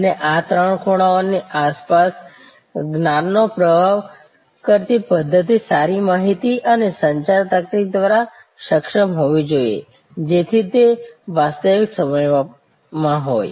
અને આ ત્રણ ખૂણાઓની આસપાસ જ્ઞાનનો પ્રવાહ કરતી પદ્ધતિ સારી માહિતી અને સંચાર તકનીક દ્વારા સક્ષમ હોવી જોઈએ જેથી તે વાસ્તવિક સમય માં હોય